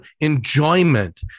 enjoyment